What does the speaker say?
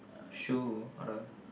shoe on the